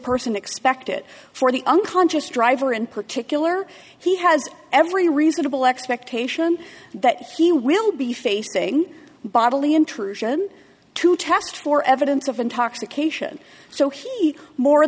person expect it for the unconscious driver in particular he has every reasonable expectation that he will be facing bodily intrusion to test for evidence of intoxication so he more